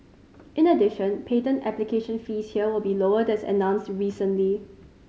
in addition patent application fees here will be lowered as announced recently